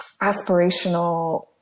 aspirational